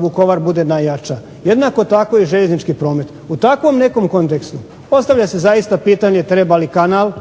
Vukovar bude najjača, jednako tako i željeznički promet. U takvom nekom kontekstu postavlja se zaista pitanje treba li kanal,